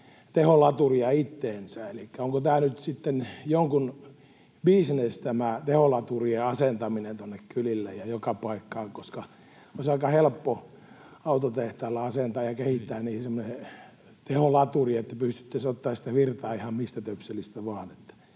teholaturia itseensä. Elikkä onko nyt sitten jonkun bisnes tämä teholaturien asentaminen tuonne kylille ja joka paikkaan? Olisi aika helppo autotehtailla asentaa ja kehittää niihin semmoinen teholaturi, että pystyttäisiin ottamaan virtaa ihan mistä töpselistä vain.